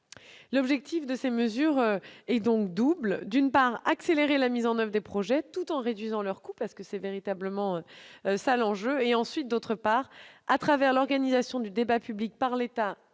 L'objectif de ces mesures est double : d'une part, accélérer la mise en oeuvre des projets, tout en réduisant leur coût, ce qui est un véritable enjeu ; d'autre part, à travers l'organisation du débat public par l'État